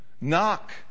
knock